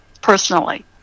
personally